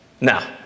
Now